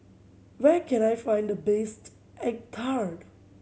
where can I find the best egg tart